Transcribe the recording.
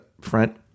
front